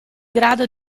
grado